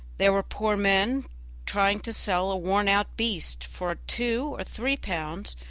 there were poor men trying to sell a worn-out beast for two or three pounds,